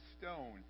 stone